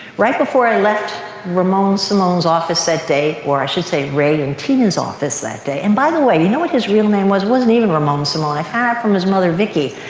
right before i left ramon simone's office that day, or i should say ray and tina's office that day, and by the way you know what his real name was? it wasn't even ramon simone. i found out from his mother, vicki,